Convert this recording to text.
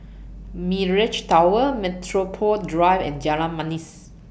Mirage Tower Metropole Drive and Jalan Manis